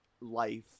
life